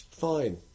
fine